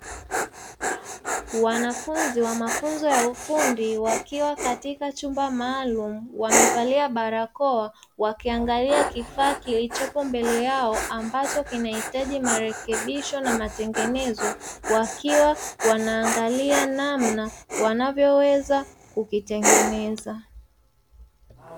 Wanafunzi wa mafunzo ya ufundi wakiwa katika chumba maalumu, wamevalia brakoa wakiangalia kifaa kilichopo mbele yao, ambacho kinahitaji marekebisho na matengenezo wakiwa wanaangalia namna, wanavyoweza kukitengeneza.